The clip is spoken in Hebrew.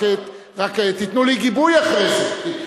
רק תיתנו לי גיבוי אחרי זה.